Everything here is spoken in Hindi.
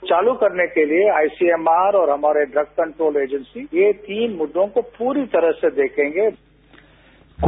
तो चालू करने के लिये आई सी एम आर और हमारे ड्रग कंट्रोल एजेंसी ये तीन मुद्दों को पूरी तरह से देखेंगे देख रहे हैं